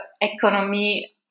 economy